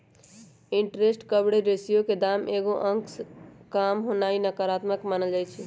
interest coverage ratio के दाम एगो अंक से काम होनाइ नकारात्मक मानल जाइ छइ